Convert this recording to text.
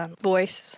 Voice